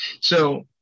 So-